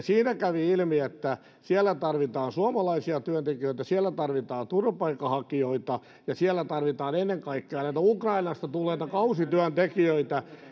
siinä kävi ilmi että siellä tarvitaan suomalaisia työntekijöitä siellä tarvitaan turvapaikanhakijoita ja siellä tarvitaan ennen kaikkea näitä ukrainasta tulleita kausityöntekijöitä